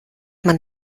man